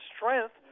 strength